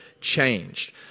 changed